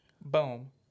Boom